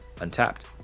untapped